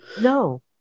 No